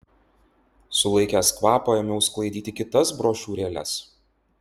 sulaikęs kvapą ėmiau sklaidyti kitas brošiūrėles